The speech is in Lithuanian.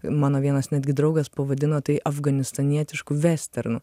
mano vienas netgi draugas pavadino tai afganistanietišku vesternu